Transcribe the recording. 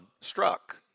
struck